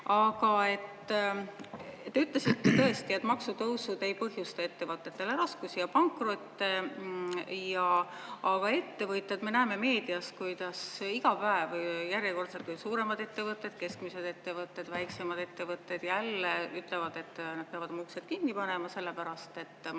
on. Aga te ütlesite tõesti, et maksutõusud ei põhjusta ettevõtetele raskusi ja pankrotte. Aga me näeme meediast, kuidas iga päev või järjekordsed suuremad ettevõtted, keskmised ettevõtted, väiksemad ettevõtted ütlevad, et nad peavad oma uksed kinni panema, sellepärast et on